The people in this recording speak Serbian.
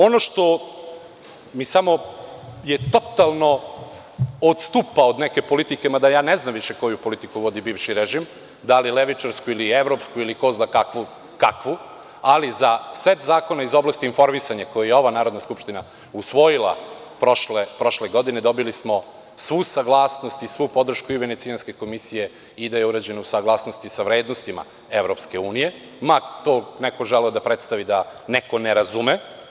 Ono što totalno odstupa od neke politike, mada ne znam više koju politiku vodi bivši režim, da li levičarsku, evropsku ili ko zna kakvu, ali za set zakona iz oblasti informisanja, koji je ova Narodna skupština usvojila prošle godine, dobili smo svu saglasnost i podršku Venecijanske komisije, kao i da je urađeno u saglasnosti sa vrednostima EU, ma kako to neko želeo da predstavi da neko ne razume.